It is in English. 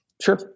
Sure